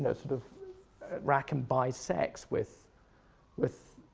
ah sort of rackham buys sex with with